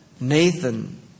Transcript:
Nathan